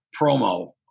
promo